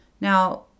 Now